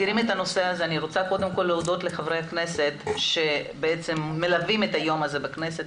אני רוצה קודם כל להודות לחברי הכנסת שמלווים את היום בכנסת,